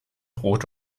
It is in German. brot